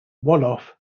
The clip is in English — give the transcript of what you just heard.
wolof